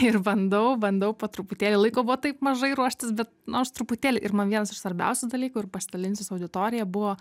ir bandau bandau po truputėlį laiko buvo taip mažai ruoštis bet nors truputėlį ir man vienas iš svarbiausių dalykų ir pasidalinsiu su auditorija buvo